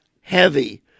heavy